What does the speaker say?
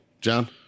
John